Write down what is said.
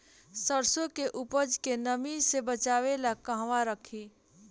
सरसों के उपज के नमी से बचावे ला कहवा रखी?